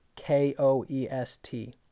k-o-e-s-t